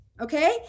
okay